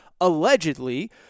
allegedly